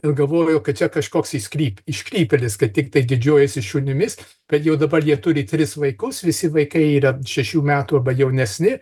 ir galvojau kad čia kažkoks iškryp iškrypėlis kad tiktai didžiuojasi šunimis bet jau dabar jie turi tris vaikus visi vaikai yra šešių metų arba jaunesni